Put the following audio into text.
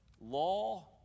law